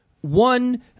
One